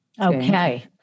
Okay